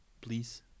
please